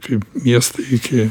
kaip miestai iki